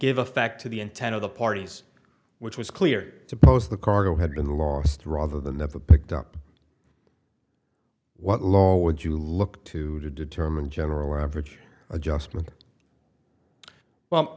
effect to the intent of the parties which was clear to pose the cargo had been the last rather the never picked up what law would you look to to determine general average adjustment well